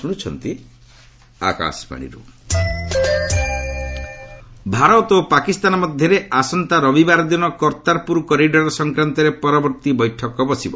କର୍ତ୍ତାରପୁର ଭାରତ ଓ ପାକିସ୍ତାନ ମଧ୍ୟରେ ଆସନ୍ତା ରବିବାର ଦିନ କର୍ତ୍ତାରପୁର କରିଡ଼ର ସଂକ୍ରାନ୍ତରେ ପରବର୍ତ୍ତୀ ବୈଠକ ବସିବ